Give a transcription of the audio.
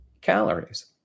calories